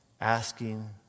asking